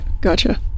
gotcha